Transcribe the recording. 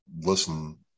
listen